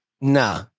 nah